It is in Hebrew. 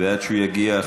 ועד שהוא יגיע,